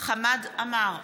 חמד עמאר,